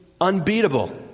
unbeatable